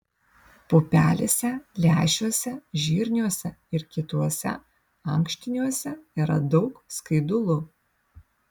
pupelėse lęšiuose žirniuose ir kituose ankštiniuose yra daug skaidulų